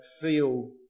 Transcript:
feel